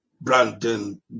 Brandon